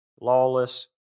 lawless